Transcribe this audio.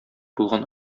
булган